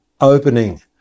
opening